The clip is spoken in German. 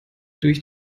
durch